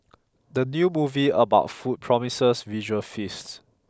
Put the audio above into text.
the new movie about food promises visual feast